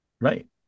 Right